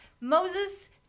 Moses